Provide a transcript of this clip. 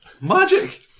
Magic